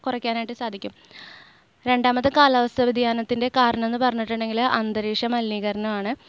കുറയ്ക്കാനായിട്ട് സാധിക്കും രണ്ടാമത്തെ കാലാവസ്ഥ വ്യതിയാനത്തിൻ്റെ കാരണം എന്ന് പറഞ്ഞിട്ടുണ്ടെങ്കിൽ അന്തരീക്ഷ മലിനീകരണം ആണ്